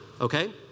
okay